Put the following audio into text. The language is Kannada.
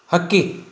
ಹಕ್ಕಿ